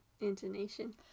Intonation